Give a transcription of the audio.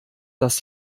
das